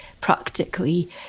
practically